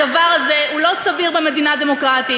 הדבר הזה הוא לא סביר במדינה דמוקרטית.